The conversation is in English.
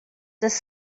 does